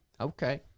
Okay